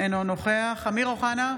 אינו נוכח אמיר אוחנה,